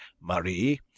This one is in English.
Marie